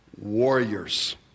warriors